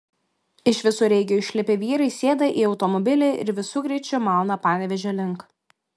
iš visureigio išlipę vyrai sėda į automobilį ir visu greičiu mauna panevėžio link